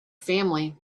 family